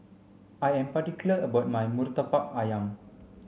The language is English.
I am particular about my Murtabak Ayam